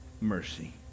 mercy